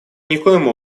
никоим